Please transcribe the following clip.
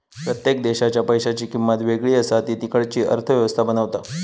प्रत्येक देशाच्या पैशांची किंमत वेगळी असा ती तिकडची अर्थ व्यवस्था बनवता